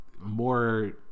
more